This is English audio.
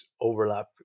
overlap